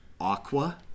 Aqua